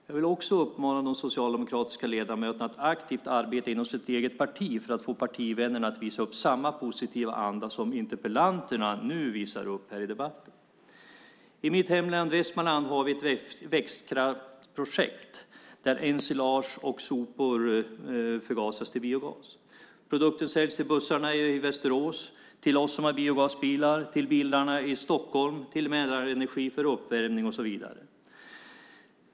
Jag vill också uppmana de socialdemokratiska ledamöterna att aktivt arbeta inom sitt eget parti för att få partivännerna att visa upp samma positiva anda som interpellanterna nu visar upp i debatten. I mitt hemlän Västmanland har vi ett växtkraftprojekt där ensilage och sopor förgasas till biogas. Produkten säljs till bussarna i Västerås, till oss som har biogasbilar, till bilarna i Stockholm, till Mälarenergi för uppvärmning och så vidare.